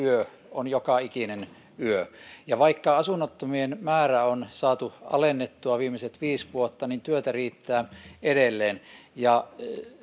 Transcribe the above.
on se asunnottomien yö ja vaikka asunnottomien määrää on saatu alennettua viimeiset viisi vuotta niin työtä riittää edelleen